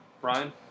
Brian